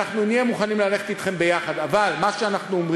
ואנחנו נהיה מוכנים ללכת אתכם יחד.